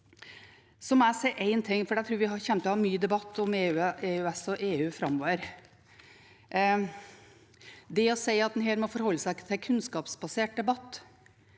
til å ha mye debatt om EØS og EU framover. Det å si at en her må forholde seg til en kunnskapsbasert debatt,